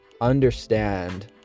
understand